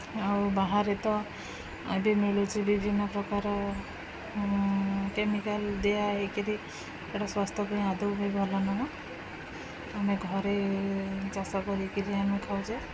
ଆଉ ବାହାରେ ତ ବି ମିଳୁଛି ବିଭିନ୍ନପ୍ରକାର କେମିକାଲ୍ ଦିଆ ହୋଇକିରି ସେଇଟା ସ୍ୱାସ୍ଥ୍ୟ ପାଇଁ ଆଦୌ ବି ଭଲ ନୁହଁ ଆମେ ଘରେ ଚାଷ କରିକରି ଆମେ ଖାଉଛେ